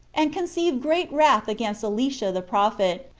and conceived great wrath against elisha the prophet,